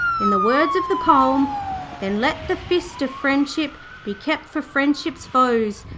in the words of the poem then let the fist of friendship be kept for friendship's foes.